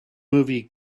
movie